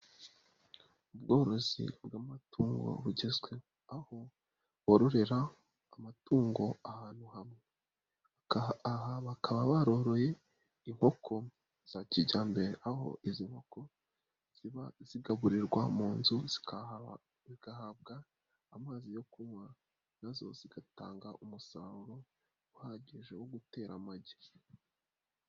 Ubworozi bw'amatungo bugezweho. Aho bororera amatungo ahantu hamwe, aha bakaba baroriye inkoko za kijyambere, aho izi nkoko ziba zigaburirwa mu nzu, zigahabwa amazi yo kunywa, nazo zigatanga umusaruro uhagije wo gutera amagi.